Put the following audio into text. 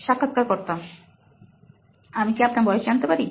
সাক্ষাৎকারকর্তা আমি কি আপনার বয়স জানতে পারি